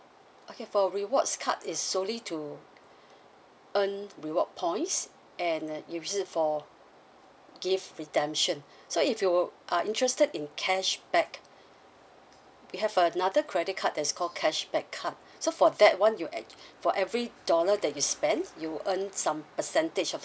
okay for rewards card is solely to earn reward points and use it for gift redemption so if you are interested in cashback we have another credit card that's called cashback card so for that [one] you ac~ for every dollar that you spend you earn some percentage of a